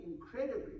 incredibly